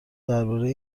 درباره